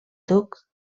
duc